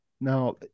Now